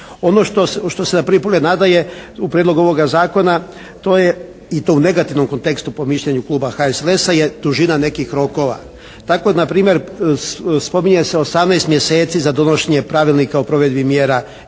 Ono što se na prvi pogled nada je u prijedlogu ovoga zakona to je i to u negativnom kontekstu po mišljenju kluba HSLS-a je dužina nekih rokova. Tako npr. spominje se 18 mjeseci za donošenje pravilnika o provedbi mjera i